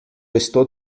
estou